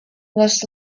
was